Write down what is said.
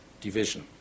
division